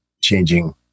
changing